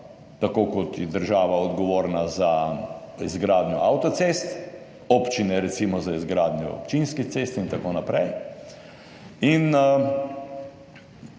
tako kot je država odgovorna za izgradnjo avtocest, občine recimo za izgradnjo občinskih cest itn. In